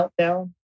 meltdown